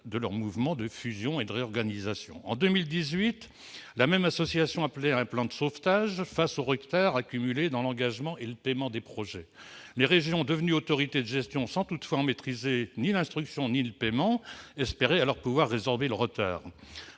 de leur mouvement de fusion et de réorganisation. En 2018, la même association appelait à un plan de sauvetage face au retard accumulé dans l'engagement et le paiement des projets. Les régions, devenues autorités de gestion sans toutefois en maîtriser ni l'instruction ni le paiement, espéraient alors pouvoir résorber le retard.